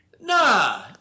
nah